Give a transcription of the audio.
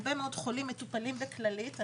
הרבה מאוד חולים מטופלים בכללית.